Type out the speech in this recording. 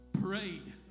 prayed